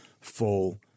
full